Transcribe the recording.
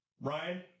Ryan